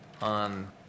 on